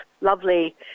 lovely